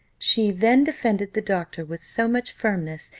she then defended the doctor with so much firmness,